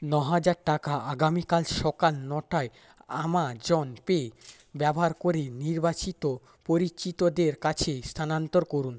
নহাজার টাকা আগামীকাল সকাল নটায় আমাজন পে ব্যবহার করে নির্বাচিত পরিচিতদের কাছে স্থানান্তর করুন